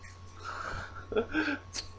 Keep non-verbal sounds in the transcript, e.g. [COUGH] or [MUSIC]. [LAUGHS]